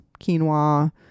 quinoa